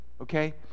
Okay